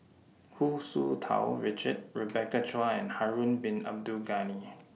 Hu Tsu Tau Richard Rebecca Chua and Harun Bin Abdul Ghani